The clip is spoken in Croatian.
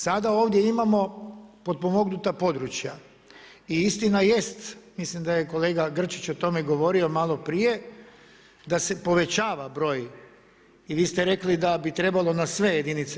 Sada ovdje imamo potpomognuta područja i istina jest, mislim da je kolega Grčić o tome govorio maloprije da se povećava broj i vi ste rekli da bi trebalo na sve jedinice.